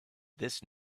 this